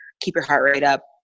keep-your-heart-rate-up